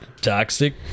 toxic